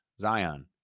Zion